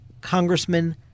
Congressman